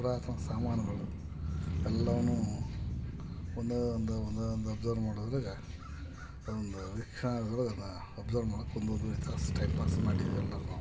ಪುರಾತನ ಸಾಮಾನುಗಳು ಎಲ್ಲಾವನ್ನು ಒಂದೇ ಒಂದು ಒಂದೇ ಒಂದು ಅಬ್ಸರ್ವ್ ಮಾಡೋದ್ರಾಗೆ ಅದೊಂದು ವೀಕ್ಷಣೆ ಅದ್ರೊಳಗೆ ಅದು ಒಬ್ಸರ್ವ್ ಮಾಡೋಕೆ ಒಂದು ಒಂದುವರೆ ತಾಸು ಟೈಮ್ ಪಾಸ್ ಮಾಡಿದ್ವಿ ಎಲ್ಲಾರು ನಾವು